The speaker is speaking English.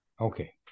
Okay